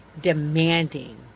demanding